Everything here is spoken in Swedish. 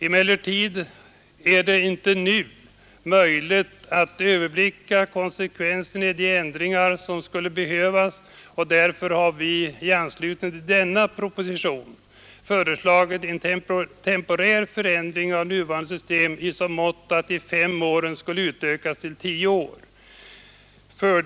Emellertid är det inte nu möjligt att överblicka konsekvenserna av de ändringar som skulle behöva göras, och därför har vi i anslutning till nu föreliggande proposition föreslagit en temporär förändring av nuvarande system i så måtto att de fem åren skulle utökas till tio år.